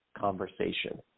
conversation